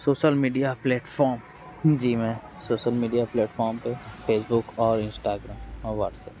social media platform जी मैं social social media platform पे फेसबुक और इंस्टाग्राम और व्हाट्सएप